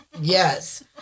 Yes